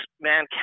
man